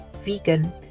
vegan